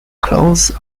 clothes